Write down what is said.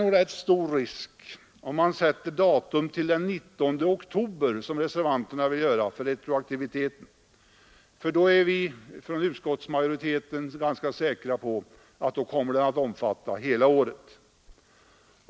Om vi sätter gränsen för retroaktiviteten vid den 19 oktober som reservanterna vill göra, så är det nog stor risk för att den kommer att omfatta hela året.